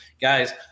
Guys